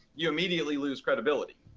you immediately lose credibility.